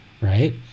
right